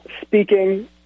Speaking